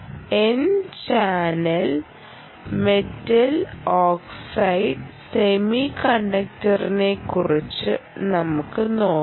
N channel metal oxide semi കണ്ടക്ടറിനെ ക്കുറിച്ച് നമുക്ക് നോക്കാം